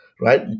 Right